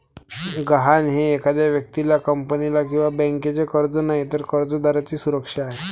गहाण हे एखाद्या व्यक्तीला, कंपनीला किंवा बँकेचे कर्ज नाही, तर कर्जदाराची सुरक्षा आहे